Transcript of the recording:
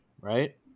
Right